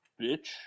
Bitch